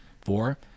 Four